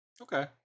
okay